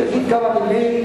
יגיד כמה מלים,